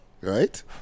right